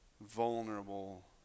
vulnerable